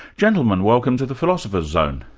gentlemen, welcome to the philosopher's zone.